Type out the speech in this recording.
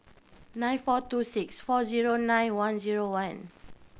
nine four two six four zero nine one zero one